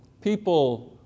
People